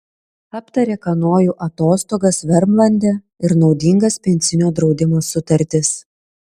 aptarė kanojų atostogas vermlande ir naudingas pensinio draudimo sutartis